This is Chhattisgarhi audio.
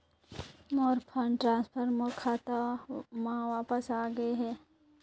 मोर फंड ट्रांसफर मोर खाता म वापस आ गे हे